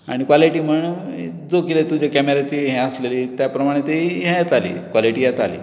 आनी कॉलेटी म्हण जो कितें तुजी कॅमेराची हे आसलली त्या प्रमाणे ती हें येतालीं कॉलेटी येताली